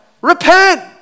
repent